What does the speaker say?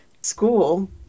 school